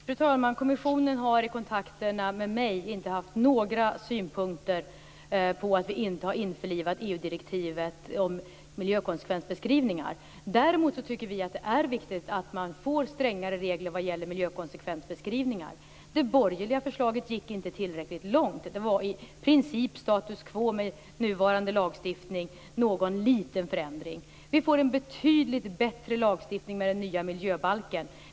Fru talman! Kommissionen har i kontakterna med mig inte haft några synpunkter på att vi inte har införlivat EU-direktivet om miljökonsekvensbeskrivningar. Däremot tycker vi att det är viktigt att man får strängare regler vad det gäller miljökonsekvensbeskrivningar. Det borgerliga förslaget gick inte tillräckligt långt. Det var i princip status quo i förhållande till nuvarande lagstiftning, med någon liten förändring. Vi får en betydligt bättre lagstiftning med den nya miljöbalken.